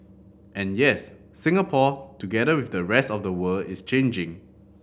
and yes Singapore together with the rest of the world is changing